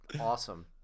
awesome